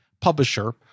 publisher